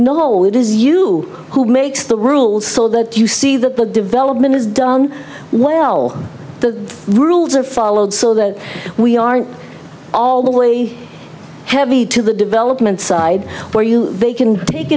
no it is you who makes the rules so that you see that the development is done well the rules are followed so that we aren't all the only heavy to the development side where you they can take